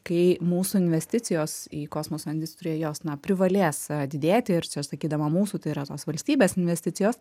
kai mūsų investicijos į kosmoso industriją jos na privalės didėti ir čia sakydama mūsų tai yra tos valstybės investicijos